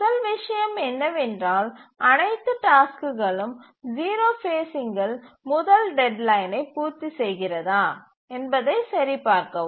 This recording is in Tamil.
முதல் விஷயம் என்னவென்றால் அனைத்து டாஸ்க்குகளும் 0 ஃபேஸ்சிங்கில் முதல் டெட்லைனை பூர்த்திசெய்கிறதா என்பதை சரிபார்க்கவும்